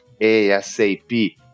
asap